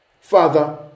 father